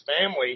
family